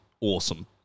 awesome